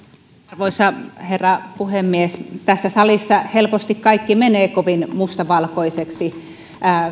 arvoisa herra puhemies tässä salissa helposti kaikki menee kovin mustavalkoiseksi